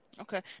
Okay